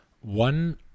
one